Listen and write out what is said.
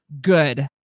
good